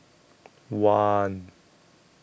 one